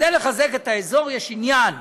כדי לחזק את האזור, יש עניין